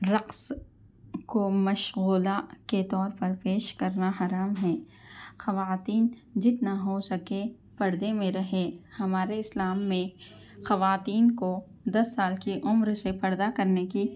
رقص کو مشغلہ کے طور پر پیش کرنا حرام ہے خواتین جتنا ہو سکے پردے میں رہیں ہمارے اسلام میں خواتین کو دس سال کی عمر سے پردہ کرنے کی